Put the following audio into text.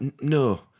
no